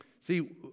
See